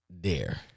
dare